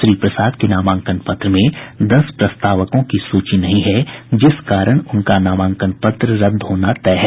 श्री प्रसाद के नामांकन पत्र में दस प्रस्तावकों की सूची नहीं है जिस कारण उनका नामांकन पत्र रद्द होना तय है